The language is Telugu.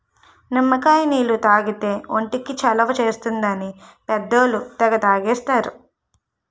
నిమ్మకాయ నీళ్లు తాగితే ఒంటికి చలవ చేస్తుందని పెద్దోళ్ళు తెగ తాగేస్తారు